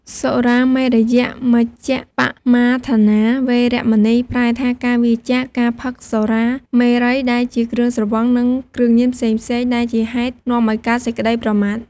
សុរាមេរយមជ្ជប្បមាទដ្ឋានា វេរមណី ប្រែថា ការវៀរចាកការផឹកសុរាមេរ័យ ដែលជា គ្រឿងស្រវឹង និងគ្រឿងញៀនផ្សេងៗ ដែលជាហេតុនាំឲ្យកើតសេចក្តីប្រមាទ។